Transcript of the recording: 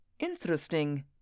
Interesting